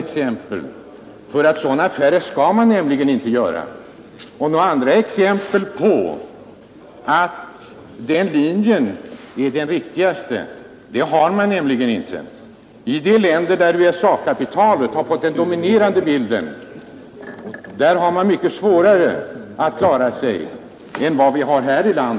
I de länder, där USA-kapitalet i ännu större utsträckning fått dominera bilden, har man mycket svårare att klara sysselsättningen än vad vi har här i landet, trots en omfattande arbetslöshet.